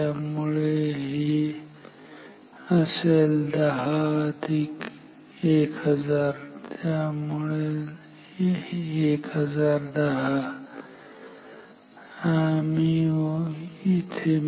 त्यामुळे हे असेल 10 अधिक 1000 त्यामुळे 1010